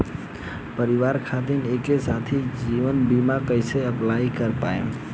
परिवार खातिर एके साथे जीवन बीमा कैसे अप्लाई कर पाएम?